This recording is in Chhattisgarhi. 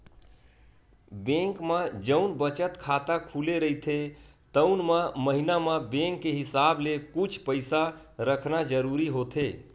बेंक म जउन बचत खाता खुले रहिथे तउन म महिना म बेंक के हिसाब ले कुछ पइसा रखना जरूरी होथे